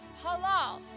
Halal